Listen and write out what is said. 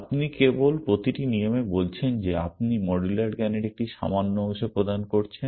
আপনি কেবল প্রতিটি নিয়মে বলছেন যে আপনি মডুলার জ্ঞানের একটি সামান্য অংশ প্রদান করছেন